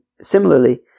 similarly